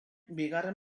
bigarren